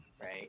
right